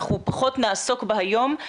אנחנו פחות נעסוק בה היום,